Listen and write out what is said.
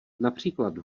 například